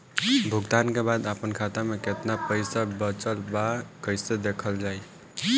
भुगतान के बाद आपन खाता में केतना पैसा बचल ब कइसे देखल जाइ?